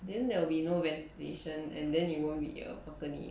then there will be no ventilation and then it won't be a balcony